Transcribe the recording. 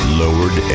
lowered